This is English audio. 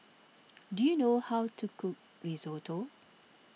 do you know how to cook Risotto